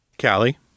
Callie